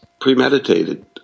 premeditated